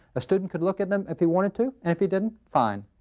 a student could look at them if he wanted to, and if he didn't, fine.